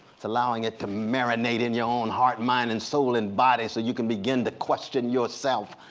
it's allowing it to marinate in your own heart, mind, and soul, and body so you can begin to question yourself,